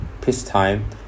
peacetime